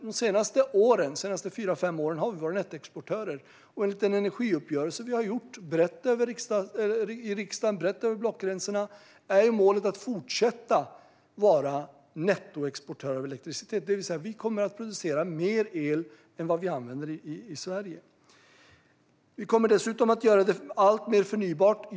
De senaste fyra fem åren har vi varit nettoexportörer, och enligt den energiuppgörelse som vi har gjort brett över blockgränserna i riksdagen är målet att fortsätta vara nettoexportör av elektricitet, det vill säga vi kommer att producera mer el än vad vi använder i Sverige. Vi kommer dessutom att göra det alltmer förnybart.